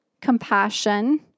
compassion